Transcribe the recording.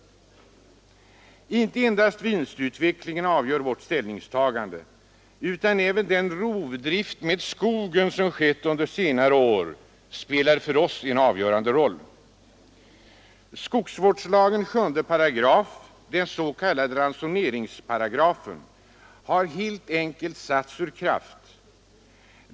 Inte endast vinstutvecklingen avgör vårt ställningstagande; även den rovdrift med skogen som har skett under senare år spelar för oss en avgörande roll. Skogsvårdslagens 7 §, den s.k. ransoneringsparagrafen, har helt enkelt satts ur kraft.